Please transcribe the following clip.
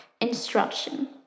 instruction